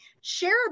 share